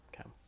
Okay